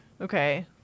Okay